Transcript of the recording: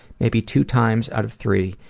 may be two times out of three,